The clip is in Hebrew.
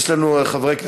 אני רוצה לדבר.